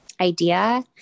idea